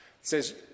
says